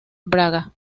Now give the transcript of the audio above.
braga